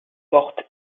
porte